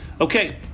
okay